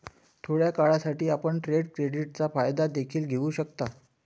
थोड्या काळासाठी, आपण ट्रेड क्रेडिटचा फायदा देखील घेऊ शकता